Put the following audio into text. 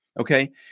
Okay